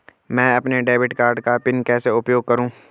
मैं अपने debit card का पिन कैसे उपयोग करूँ?